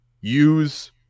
use